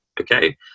okay